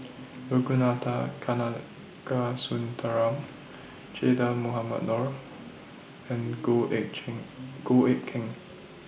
Ragunathar Kanagasuntheram Che Dah Mohamed Noor and Goh Eck Goh Eck Kheng